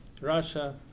Russia